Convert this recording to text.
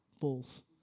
bulls